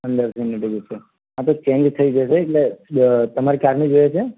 પંદરસોની ticket છે હા તો ચેન્જ થઈ જશે એટલે તમારે ક્યારની જોઇએ છે